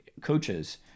coaches